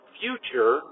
future